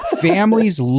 families